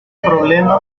problema